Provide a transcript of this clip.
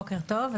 בוקר טוב.